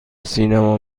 سینما